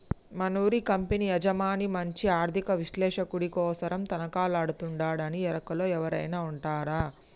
మనూరి కంపెనీ యజమాని మంచి ఆర్థిక విశ్లేషకుడి కోసరం తనకలాడతండాడునీ ఎరుకలో ఎవురైనా ఉండారా